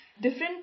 different